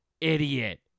idiot